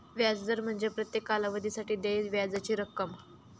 व्याज दर म्हणजे प्रत्येक कालावधीसाठी देय व्याजाची रक्कम